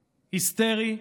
היסטרי,